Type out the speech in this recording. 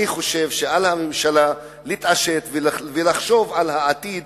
אני חושב שעל הממשלה להתעשת ולחשוב על העתיד,